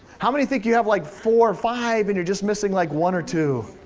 how many think you have like, four or five and you're just missing like one or two?